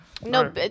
No